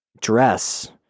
dress